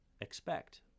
expect